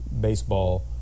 baseball